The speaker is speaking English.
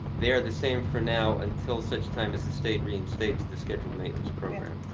they are the same for now until such time as the state reinstates the scheduled maintenance program.